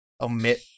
omit